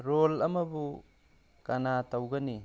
role ꯑꯃꯕꯨ ꯀꯅꯥ ꯇꯧꯒꯅꯤ